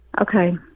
Okay